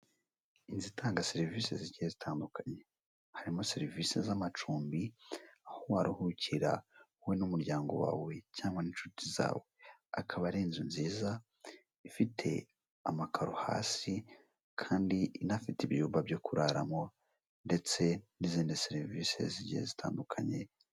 Inzu itanga serivisi zigiye zitandukanye harimo serivisi z'amacumbi, aho waruhukira wowe n'umuryango wawe cyangwa n'inshuti zawe, akaba ari inzu nziza ifite amakaro hasi kandi inafite ibyumba byo kuraramo ndetse n'izindi serivisi zigiye zitandukanye.